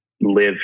live